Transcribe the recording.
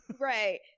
Right